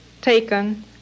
taken